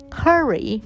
hurry